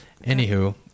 Anywho